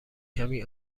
کمی